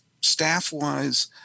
staff-wise